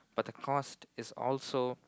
but the cost is also